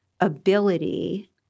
ability